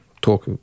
talk